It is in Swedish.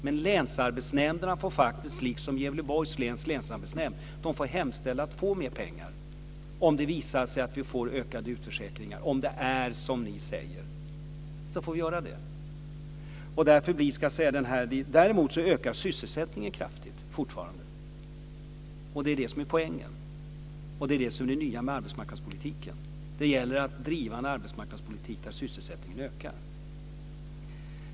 Men länsarbetsnämnderna får, liksom Gävleborgs läns länsarbetsnämnd, hemställa om att få mer pengar om det visar sig att det blir ökade utförsäkringar, om det är som ni säger. Däremot ökar sysselsättningen kraftigt fortfarande. Det är det som är poängen. Det är det som är det nya med arbetsmarknadspolitiken. Det gäller att driva en arbetsmarknadspolitik där sysselsättningen ökar.